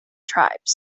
tribes